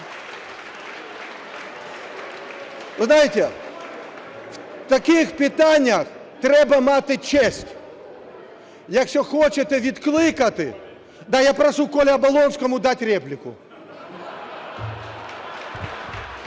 Ви знаєте, в таких питаннях треба мати честь. Якщо хочете відкликати… Да, я прошу "Коле Оболонскому" дать реплику.